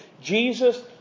Jesus